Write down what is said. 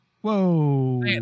Whoa